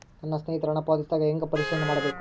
ನನ್ನ ಸ್ನೇಹಿತರು ಹಣ ಪಾವತಿಸಿದಾಗ ಹೆಂಗ ಪರಿಶೇಲನೆ ಮಾಡಬೇಕು?